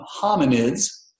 hominids